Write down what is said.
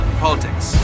politics